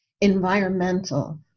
environmental